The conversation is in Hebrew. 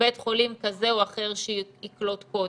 בית חולים כזה או אחר שיקלוט קודם.